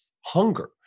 hunger